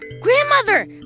Grandmother